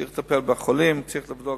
צריך לטפל בחולים, צריך לבדוק,